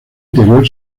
interior